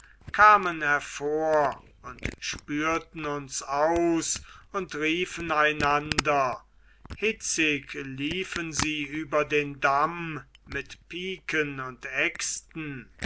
kamen hervor und spürten uns aus und riefen einander hitzig liefen sie über den damm mit piken und äxten